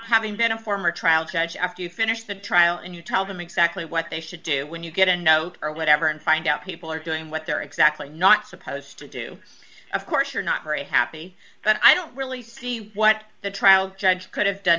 having been a former trial judge after you finish the trial and you tell them exactly what they should do when you get a note or whatever and find out people are doing what they're exactly not supposed to do of course you're not very happy but i don't really see what the trial judge could have done